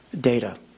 data